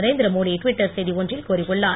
Narendra Modi Twitter செய்தி ஒன்றில் கூறியுள்ளார்